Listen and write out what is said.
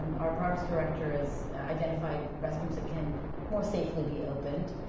our parks director has identified restrooms that can more safely be opened.